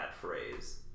phrase